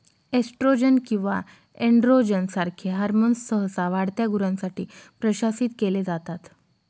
oestrogen किंवा androgen सारखे hormones सहसा वाढत्या गुरांसाठी प्रशासित केले जातात